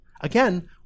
Again